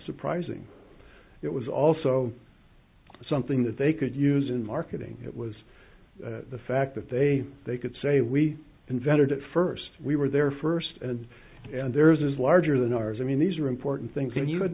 surprising it was also something that they could use in marketing it was the fact that they they could say we invented it first we were there first and and there is larger than ours i mean these are important things then you would